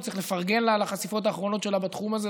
וצריך לפרגן לה על החשיפות האחרונות שלה בתחום הזה,